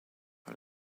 are